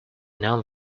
know